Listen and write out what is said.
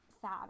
sad